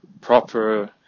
proper